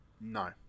no